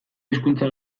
hizkuntza